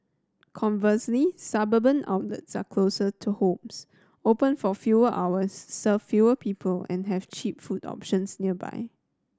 conversely suburban outlets are closer to homes open for fewer hours serve fewer people and have cheap food options nearby